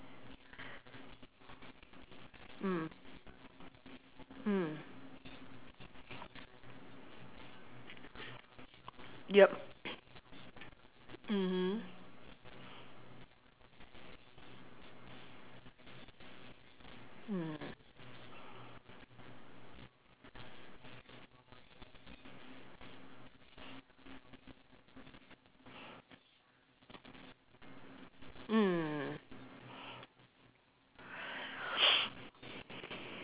mm mm yup mmhmm mm mm